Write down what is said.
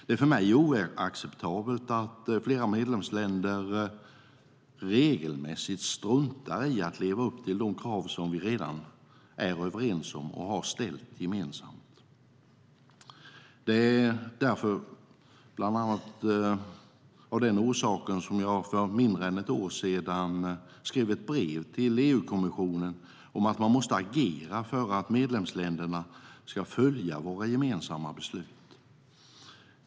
Det är för mig oacceptabelt att flera medlemsländer regelmässigt struntar i att leva upp till de krav som vi redan är överens om och har ställt gemensamt. Det var bland annat av den orsaken som jag för mindre än ett år sedan skrev ett brev till EU-kommissionen om att man måste agera för att medlemsländerna ska följa våra gemensamma beslut.